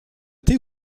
thé